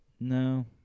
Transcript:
No